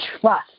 trust